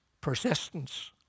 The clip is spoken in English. persistence